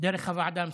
דרך הוועדה המסדרת,